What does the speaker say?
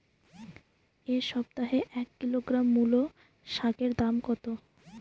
এ সপ্তাহে এক কিলোগ্রাম মুলো শাকের দাম কত?